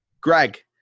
Greg